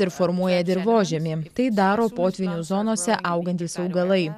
ir formuoja dirvožemį tai daro potvynių zonose augantys augalai